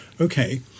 Okay